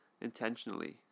intentionally